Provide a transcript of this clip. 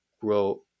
grow